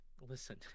listen